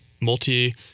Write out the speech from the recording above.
Multi